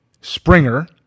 Springer